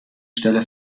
stelle